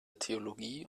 theologie